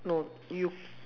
no you